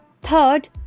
Third